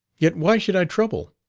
yet why should i trouble?